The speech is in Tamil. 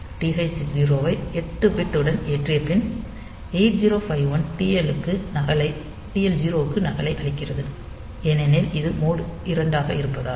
TH0 ஐ எட்டு பிட் உடன் ஏற்றிய பின் 8051 TL0 க்கு நகலை அளிக்கிறது ஏனெனில் இது மோட் 2 ஆக இருப்பதால்